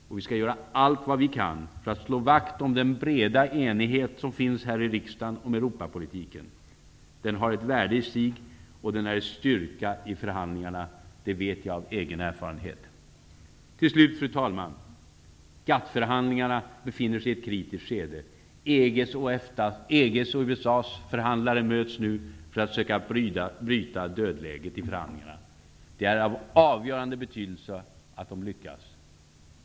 Vi skall göra allt vad vi kan för att slå vakt om den breda enighet som finns här i riksdagen om Europapolitiken. Den har ett värde i sig, och den är en styrka i förhandlingarna. Det vet jag av egen erfarenhet. Fru talman! GATT-förhandlingarna befinner sig i ett kritiskt skede. EG:s och USA:s förhandlare möts nu för att söka bryta dödläget i förhandlingarna. Det är av avgörande betydelse att de lyckas.